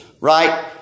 right